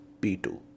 P2